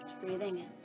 Breathing